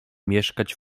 mieszkać